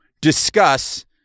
discuss